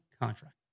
contract